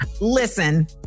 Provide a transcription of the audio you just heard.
Listen